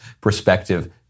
perspective